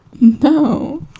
No